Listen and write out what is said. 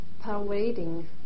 pervading